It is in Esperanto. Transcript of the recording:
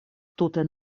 tute